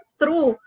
true